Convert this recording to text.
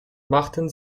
machten